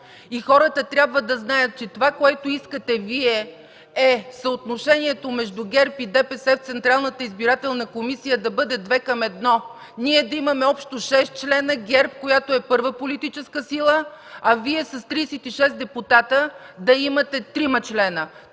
Хората трябва да знаят, че това, което искате Вие, е съотношението между ГЕРБ и ДПС в Централната избирателна комисия да бъде две към едно! Ние да имаме общо шестима членове – ГЕРБ, която е първа политическа сила, а Вие с 36 депутати да имате трима